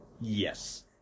Yes